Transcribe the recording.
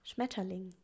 Schmetterling